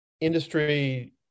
industry